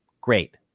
Great